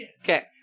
Okay